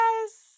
Yes